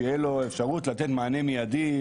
שתהיה לו אפשרות לתת מענה מידי,